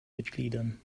mitgliedern